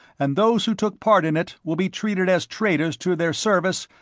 and those who took part in it will be treated as traitors to their service,